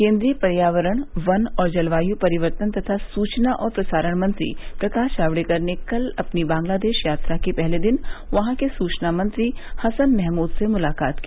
केंद्रीय पर्यावरण वन और जलवायु परिवर्तन तथा सूचना और प्रसारण मंत्री प्रकाश जावडेकर ने कल अपनी बांग्लादेश यात्रा के पहले दिन वहां के सुचना मंत्री हसन महमूद से मुलाकात की